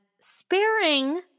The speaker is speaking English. sparing